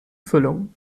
füllung